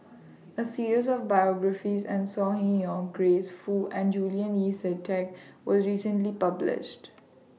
A series of biographies and Saw yon Grace Fu and Julian Yeo See Teck was recently published